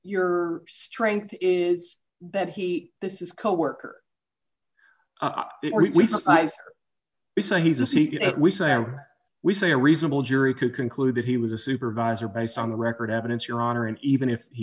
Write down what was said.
your strength is that he this is coworker he's a secret we say oh we say a reasonable jury could conclude that he was a supervisor based on the record evidence your honor and even if he